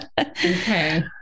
Okay